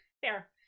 Fair